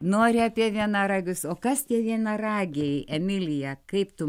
nori apie vienaragius o kas tie vienaragiai emilija kaip tu